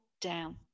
down